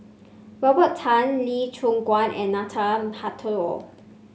Robert Tan Lee Choon Guan and Nathan Hartono